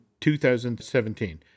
2017